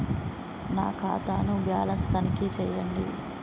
నా ఖాతా ను బ్యాలన్స్ తనిఖీ చేయండి?